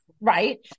Right